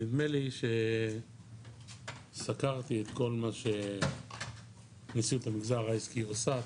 נדמה לי שסקרתי את כל מה שנשיאות המגזר העסקי עושה,